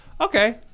Okay